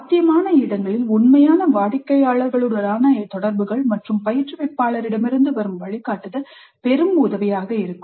சாத்தியமான இடங்களில் உண்மையான வாடிக்கையாளர்களுடனான தொடர்புகள் மற்றும் பயிற்றுவிப்பாளரிடமிருந்து வரும் வழிகாட்டுதல் பெரும் உதவியாக இருக்கும்